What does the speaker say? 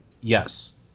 Yes